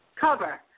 Cover